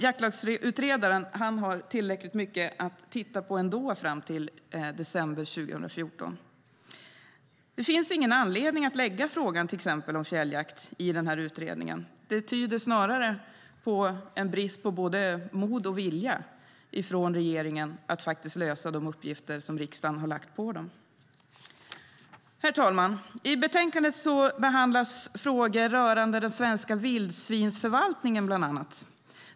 Jaktlagsutredaren har tillräckligt mycket ändå att titta på fram till december 2014. Det finns ingen anledning att lägga frågan om till exempel fjälljakt i utredningen. Det tyder snarare på en brist på både mod och vilja från regeringen att lösa de uppgifter som riksdagen har lagt på regeringen. Herr talman! I betänkandet behandlas frågor rörande bland annat den svenska vildsvinsförvaltningen.